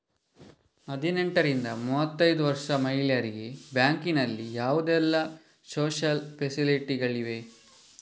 ಹದಿನೆಂಟರಿಂದ ಮೂವತ್ತೈದು ವರ್ಷ ಮಹಿಳೆಯರಿಗೆ ಬ್ಯಾಂಕಿನಲ್ಲಿ ಯಾವುದೆಲ್ಲ ಸೋಶಿಯಲ್ ಫೆಸಿಲಿಟಿ ಗಳಿವೆ?